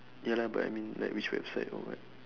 ya lah but I mean like which website or what